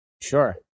sure